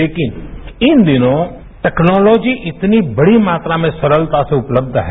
लेकिन इन दिनों टेक्नॉलोजी इतनी बड़ी मात्रा में सरलता से उपलब्ध है